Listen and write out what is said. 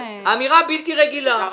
תודה רבה.